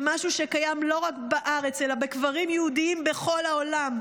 זה משהו שקיים לא רק בארץ אלא בקברים יהודיים בכל העולם.